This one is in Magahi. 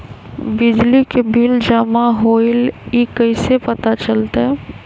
बिजली के बिल जमा होईल ई कैसे पता चलतै?